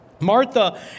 Martha